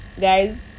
guys